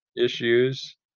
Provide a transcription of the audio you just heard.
issues